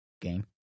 game